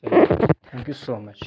thank you so much